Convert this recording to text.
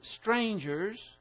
strangers